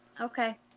Okay